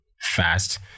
fast